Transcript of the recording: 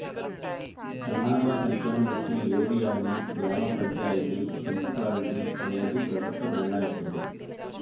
జనాభా సంఖ్యను బట్టి ఏరియాని గ్రామ పంచాయితీ, మున్సిపాలిటీ అనేది ప్రభుత్వం నిర్ణయిత్తది